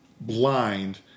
blind